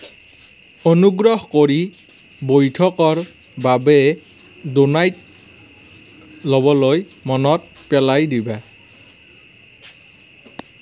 অনুগ্ৰহ কৰি বৈঠকৰ বাবে ডোনাট ল'বলৈ মনত পেলাই দিবা